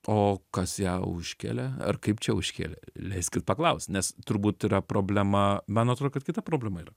o kas ją užkelia ar kaip čia užkėlė leiskit paklaust nes turbūt yra problema man atrodo kad kita problema yra